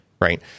Right